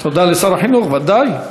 תודה לשר החינוך, ודאי.